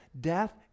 death